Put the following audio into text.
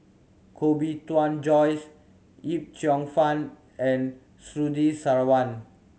Koh Bee Tuan Joyce Yip Cheong Fun and Surtini Sarwan